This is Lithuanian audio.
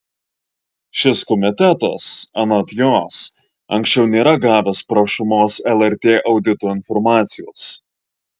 šis komitetas anot jos anksčiau nėra gavęs prašomos lrt audito informacijos